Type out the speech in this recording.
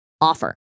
offer